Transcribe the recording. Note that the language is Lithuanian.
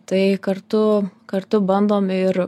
tai kartu kartu bandom ir